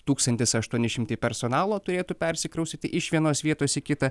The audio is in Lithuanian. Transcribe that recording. tūkstantis aštuoni šimtai personalo turėtų persikraustyti iš vienos vietos į kitą